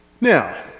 Now